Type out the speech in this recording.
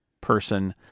person